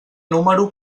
número